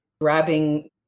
grabbing